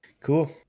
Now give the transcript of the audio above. Cool